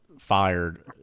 Fired